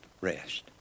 rest